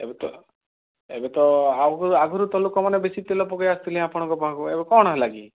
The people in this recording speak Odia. ଏବେ ତ ଏବେ ତ ଆହୁରି ଆଗରୁ ତ ଲୋକମାନେ ବେଶୀ ତେଲ ପକେଇ ଆସୁଥିଲେ ଆପଣଙ୍କ ପାଖକୁ ଏବେ କ'ଣ ହେଲା କି